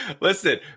Listen